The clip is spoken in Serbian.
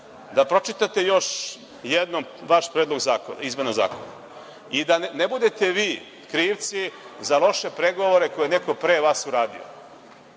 da pročitate još jednom vaš predlog o izmenama Zakona i da ne budete vi krivci za loše pregovore koje je neko pre vas uradio.